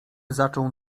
zaczął